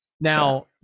Now